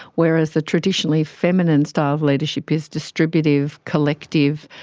whereas the traditionally feminine style of leadership is distributive, collective,